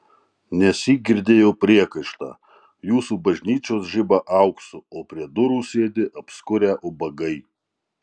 nesyk girdėjau priekaištą jūsų bažnyčios žiba auksu o prie durų sėdi apskurę ubagai